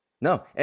No